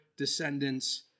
descendants